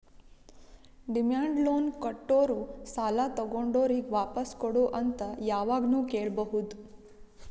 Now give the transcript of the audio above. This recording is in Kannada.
ಡಿಮ್ಯಾಂಡ್ ಲೋನ್ ಕೊಟ್ಟೋರು ಸಾಲ ತಗೊಂಡೋರಿಗ್ ವಾಪಾಸ್ ಕೊಡು ಅಂತ್ ಯಾವಾಗ್ನು ಕೇಳ್ಬಹುದ್